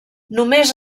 només